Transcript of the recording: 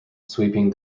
sweeping